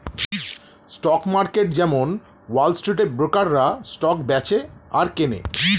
stock market যেমন wall স্ট্রিটে ব্রোকাররা স্টক বেচে আর কেনে